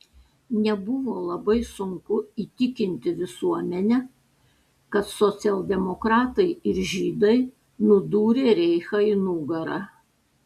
nebuvo labai sunku įtikinti visuomenę kad socialdemokratai ir žydai nudūrė reichą į nugarą